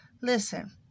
Listen